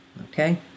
Okay